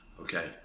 okay